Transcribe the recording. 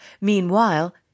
Meanwhile